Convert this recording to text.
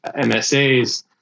MSAs